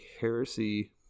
heresy